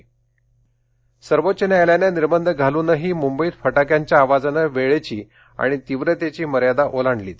फटाके सर्वोत्त न्यायालयानं निर्बंध घालूनही सुंबईत फटाक्यांच्या आवाजानं वेळेची आणि तीव्रतेची मर्यादा ओलांडलीच